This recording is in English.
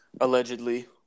Allegedly